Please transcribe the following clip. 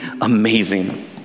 amazing